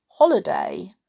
holiday